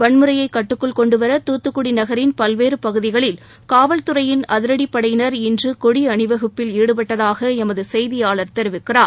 வன்முறையை கட்டுக்குள் கொண்டுவர துத்துக்குடி நகரின் பல்வேறு பகுதிகளில் காவல்துறையின் அதிரடிப்படையினர் இன்று கொடி அணிவகுப்பில் ஈடுபட்டதாக எமது செய்தியாளர் தெரிவிக்கிறார்